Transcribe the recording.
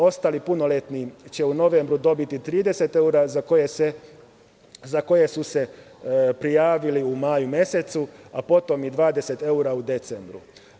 Ostali punoletni će u novembru dobiti 30 evra, za koje su se prijavili u maju mesecu, a potom i 20 evra u decembru.